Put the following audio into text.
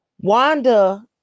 Wanda